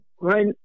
right